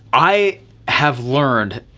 i have learned